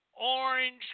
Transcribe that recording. orange